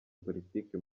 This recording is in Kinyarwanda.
politiki